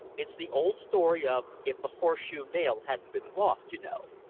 it's the old story of if the horse-shoe nail hadn't been lost you know.